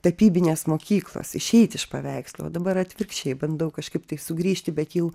tapybinės mokyklos išeiti iš paveikslų o dabar atvirkščiai bandau kažkaip tai sugrįžti bet jau